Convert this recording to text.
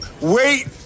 wait